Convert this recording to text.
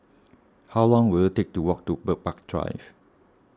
how long will it take to walk to Bird Park Drive